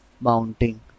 Mounting